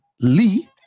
Lee